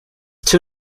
too